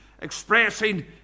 expressing